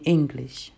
English